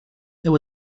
there